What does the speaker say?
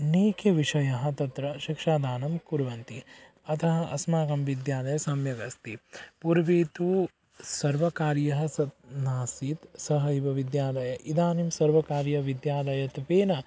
नैके विषयाः तत्र शिक्षाज्ञानं कुर्वन्ति अतः अस्माकं विद्यालयः सम्यगस्ति पूर्वे तु सर्वकारीयः सः नासीत् सः एव विद्यालयः इदानीं सर्वकारीय विद्यालयत्वेन